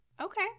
Okay